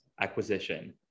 acquisition